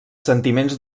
sentiments